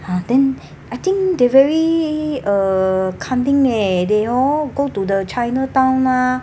ha then I think they very uh cunning leh they all go to the chinatown ah